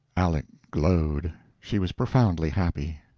aleck glowed she was profoundly happy.